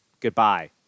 Goodbye